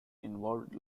involved